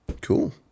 Cool